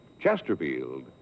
Chesterfield